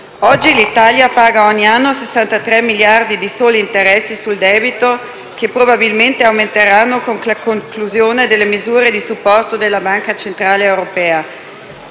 Oggi l'Italia paga ogni anno 63 miliardi di euro di soli interessi sul debito, che probabilmente aumenteranno con la conclusione delle misure di supporto della Banca centrale europea.